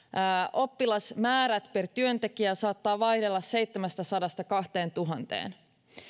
oppilasmäärät per työntekijä saattavat vaihdella seitsemästäsadasta kahteentuhanteen